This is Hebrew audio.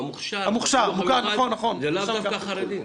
המוכש"ר --- זה לאו דווקא חרדים.